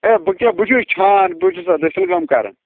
ہے بہٕ کیاہ بہٕ چھُس چھان بہٕ چھُ سا دٔسل کٲم کران